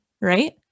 right